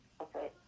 Okay